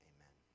Amen